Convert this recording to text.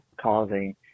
causing